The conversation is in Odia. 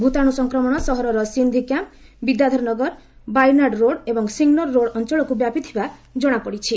ଭୂତାଣୁ ସଂକ୍ରମଣ ସହରର ସିନ୍ଧି କ୍ୟାମ୍ପ୍ ବିଦ୍ୟାଧର ନଗର ବାଇନାଡ଼୍ ରୋଡ଼୍ ଏବଂ ସଙ୍ଗନର୍ ରୋଡ଼୍ ଅଞ୍ଚଳକୁ ବ୍ୟାପିଥିବା ଜଣାପଡ଼ିଛି